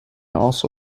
also